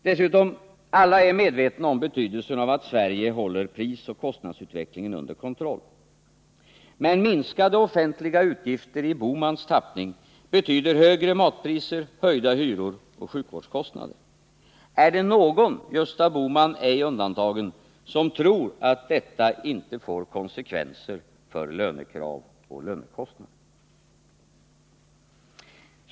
Dessutom — alla är medvetna om betydelsen av att Sverige håller prisoch kostnadsutvecklingen under kontroll. Men minskade offentliga utgifter i herr Bohmans tappning betyder högre matpriser, höjda hyror och sjukvårdskostnader. Är det någon, Gösta Bohman undantagen, som tror att detta inte får konsekvenser för lönekrav och lönekostnader?